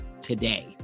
today